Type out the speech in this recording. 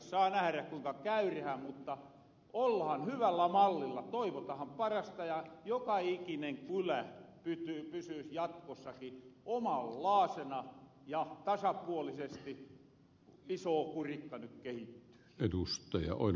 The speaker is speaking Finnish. saa nährä kuinka käy mutta ollahan hyvällä mallilla toivotahan parasta ja sitä että joka ikinen kylä pysyys jatkossakin omaanlaasena ja tasapuolisesti iso kurikka nyt kehittyis